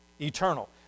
eternal